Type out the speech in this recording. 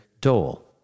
Dole